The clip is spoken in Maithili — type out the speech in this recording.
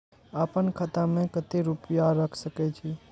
आपन खाता में केते रूपया रख सके छी?